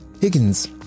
Higgins